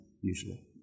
usually